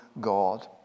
God